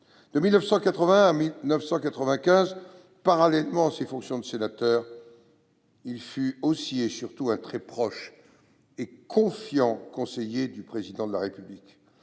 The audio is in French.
De 1981 à 1995, parallèlement à ses fonctions de sénateur, il fut aussi et surtout un très proche et confiant conseiller du Président de la République.